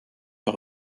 par